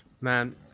man